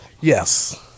Yes